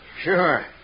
Sure